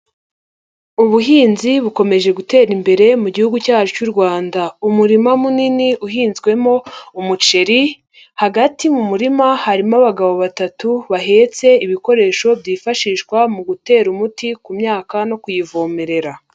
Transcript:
Ubuhinzi bukomeje gutera imbere mu gihugu cyacu cy'u Rwanda, umurima munini uhinzwemo umuceri, hagati mu murima harimo abagabo batatu bahetse ibikoresho byifashishwa mu gutera umuti ku myaka no kuyivomerera.